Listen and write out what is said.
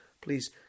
please